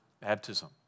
baptism